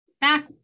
back